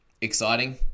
exciting